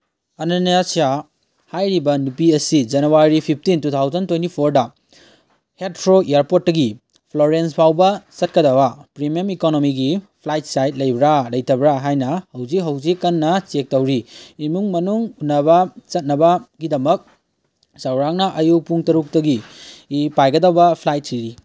ꯑꯅꯟꯌꯥꯁ꯭ꯌꯥ ꯍꯥꯏꯔꯤꯕ ꯅꯨꯄꯤ ꯑꯁꯤ January fifteen two thousand twenty ꯐꯣꯔꯗ ꯍꯦꯠꯊ꯭ꯔꯣ ꯏꯌꯔꯄꯣꯔꯠꯇꯒꯤ ꯐ꯭ꯂꯣꯔꯦꯟꯁ ꯐꯥꯎꯕ ꯆꯠꯀꯗꯕ ꯄ꯭ꯔꯤꯃꯤꯌꯝ ꯏꯀꯣꯅꯣꯃꯤꯒꯤ ꯐ꯭ꯂꯥꯏꯠ ꯁꯥꯏꯠ ꯂꯩꯕ꯭ꯔꯥ ꯂꯩꯇꯕ꯭ꯔꯥ ꯍꯥꯏꯅ ꯍꯧꯖꯤꯛ ꯍꯧꯖꯤꯛ ꯀꯟꯅ ꯆꯦꯛ ꯇꯧꯔꯤ ꯏꯃꯨꯡ ꯃꯅꯨꯡ ꯎꯅꯕ ꯆꯠꯅꯕꯒꯤꯗꯃꯛ ꯆꯧꯔꯥꯛꯅ ꯑꯌꯨꯛ ꯄꯨꯡ ꯇꯔꯨꯛꯇꯒꯤ ꯄꯥꯏꯒꯗꯕ ꯐ꯭ꯂꯥꯏꯠ ꯊꯤꯔꯤ